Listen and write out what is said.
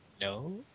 No